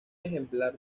ejemplar